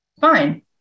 fine